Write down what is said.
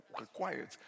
required